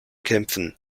kämpfen